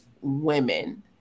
women